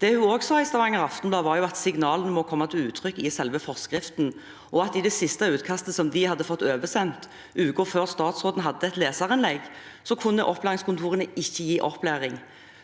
Det hun også sa i Stavanger Aftenblad, var at signalene må komme til uttrykk i selve forskriften, og at i det siste utkastet som de hadde fått oversendt uken før statsråden hadde et leserinnlegg, kunne opplæringskontorene ikke gi opplæring.